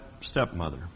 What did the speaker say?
stepmother